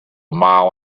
mile